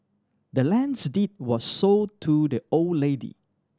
the land's deed was sold to the old lady